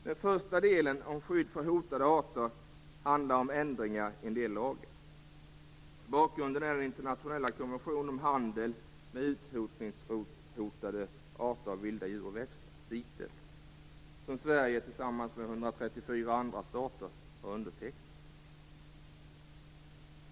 Den första delen, om skydd för hotade arter, handlar om ändringar i en del lagar. Bakgrunden är den internationella konventionen om handel med utrotningshotade arter av vilda djur och växter, CITES, som Sverige tillsammans med 134 andra stater har undertecknat.